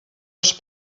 els